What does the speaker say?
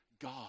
God